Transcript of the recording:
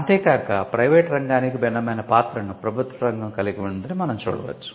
అంతే కాక ప్రైవేటు రంగానికి భిన్నమైన పాత్రను ప్రభుత్వ రంగం కలిగి ఉందని మనం చూడవచ్చు